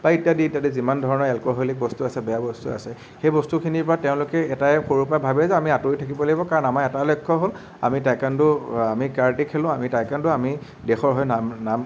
বা ইত্যাদি ইত্যাদি যিমান ধৰণৰ এলকহলিক বস্তু আছে বেয়া বস্তু আছে সেই বস্তুখিনিৰপৰা তেওঁলোকে এটাই সৰুৰপৰা ভাবে যে আমি আঁতৰি থাকিব লাগিব কাৰণ আমাৰ এটাই লক্ষ্য হ'ল আমি টায়কাণ্ড আমি কাৰাতে খেলোঁ আমি টায়কাণ্ড আমি দেশৰ হৈ নাম নাম